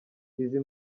izi